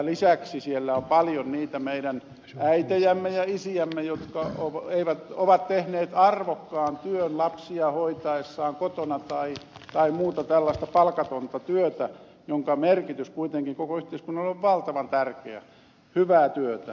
lisäksi siellä on paljon niitä meidän äitejämme ja isiämme jotka ovat tehneet arvokkaan työn hoitaessaan lapsia kotona tai muuta tällaista palkatonta työtä jonka merkitys kuitenkin koko yhteiskunnalle on valtavan tärkeä hyvää työtä